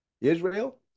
Israel